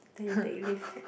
then you take leave